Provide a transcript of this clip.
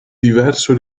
diverso